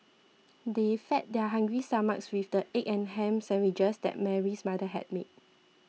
they fed their hungry stomachs with the egg and ham sandwiches that Mary's mother had made